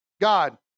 God